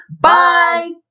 Bye